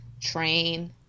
train